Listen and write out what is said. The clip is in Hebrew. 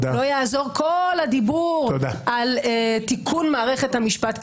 לא יעזור כל הדיבור על תיקון מערכת המשפט כביכול.